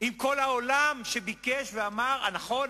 עם כל העולם שביקש ואמר: נכון,